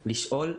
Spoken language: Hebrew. לשאול,